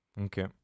Okay